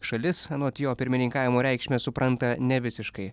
šalis anot jo pirmininkavimo reikšmę supranta ne visiškai